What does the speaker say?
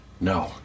No